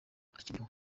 akiriho